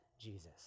Jesus